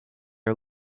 are